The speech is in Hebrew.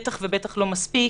בטח ובטח לא מספיק,